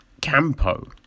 Campo